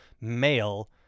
male